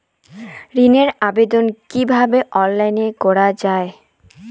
ঋনের আবেদন কিভাবে অনলাইনে করা যায়?